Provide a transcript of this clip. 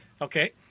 Okay